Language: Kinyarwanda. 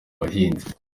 abahinzi